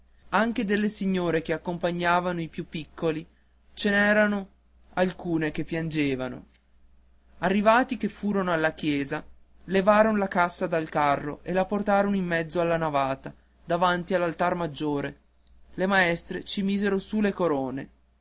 anche delle signore che accompagnavano i più piccoli ce n'erano alcune che piangevano arrivati che furono alla chiesa levaron la cassa dal carro e la portarono in mezzo alla navata davanti all'altar maggiore le maestre ci misero su le corone